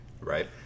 Right